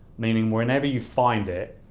meaning whenever you find it,